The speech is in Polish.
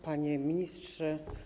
Panie Ministrze!